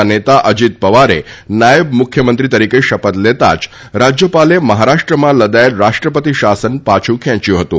ના નેતા અજીત પવારે નાયબ મુખ્યમંત્રી તરીકે શપથ લેતાં જ રાજ્યપાલે મહારાષ્ટ્રમાં લદાયેલ રાષ્ટ્રપતિ શાસન પાછું ખેંચ્યું હતું